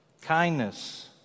kindness